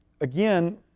again